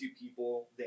people